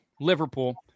Liverpool